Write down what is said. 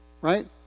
Right